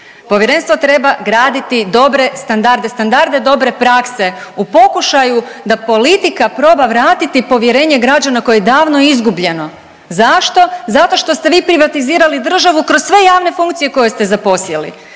Povjerenstvo treba graditi dobre standarde, standarde dobre prakse u pokušaju da politika proba vratiti povjerenje građana koje je davno izgubljeno. Zašto? Zato što ste vi privatizirali državu kroz sve javne funkcije koje ste zaposjeli